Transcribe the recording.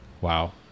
Wow